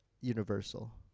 Universal